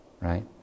right